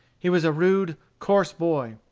he was a rude, coarse boy.